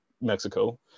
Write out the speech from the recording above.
Mexico